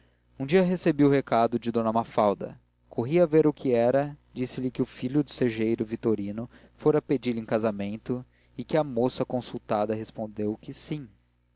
um dia recebi recado de d mafalda corri a ver o que era disse-me que o filho do segeiro vitorino fora pedi-la em casamento e que a moça consultada respondeu que sim